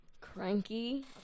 Cranky